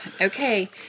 okay